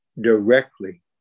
directly